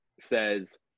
says